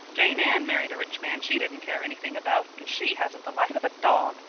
jane ann married a rich man she didn't care anything about, and she hasn't the life of a dog.